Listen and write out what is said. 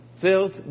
Filth